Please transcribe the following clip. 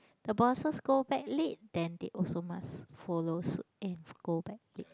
the bosses go back late then they also must follow suit and go back late